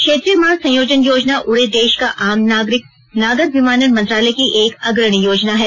क्षेत्रीय मार्ग संयोजन योजना उडे देश का आम नागरिक नागर विमानन मंत्रालय की एक अग्रणी योजना है